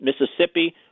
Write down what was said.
Mississippi